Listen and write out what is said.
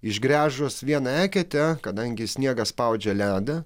išgręžus vieną eketę kadangi sniegas spaudžia ledą